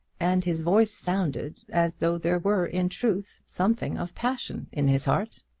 and his voice sounded as though there were in truth something of passion in his heart.